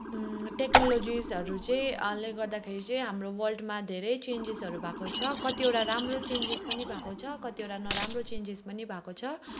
टेक्नोलजिजहरू चाहिँ ले गर्दाखेरि चाहिँ हाम्रो वर्ल्डमा धेरै चेन्जेसहरू भएको छ कतिवटा राम्रो चेन्जेस पनि भएको छ कतिवटा नराम्रो चेन्जेस पनि भएको छ